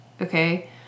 Okay